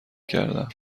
کردم